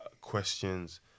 questions